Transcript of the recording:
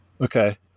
Okay